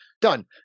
Done